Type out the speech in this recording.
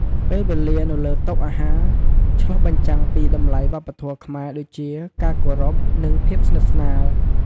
ពេលវេលានៅលើតុអាហារឆ្លុះបញ្ចាំងពីតម្លៃវប្បធម៌ខ្មែរដូចជា ការគោរព និងភាពស្និទ្ធស្នាល ។